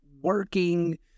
working